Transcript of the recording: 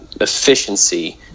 efficiency